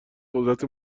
قدرت